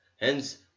Hence